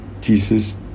Jesus